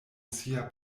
sia